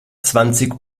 zwanzig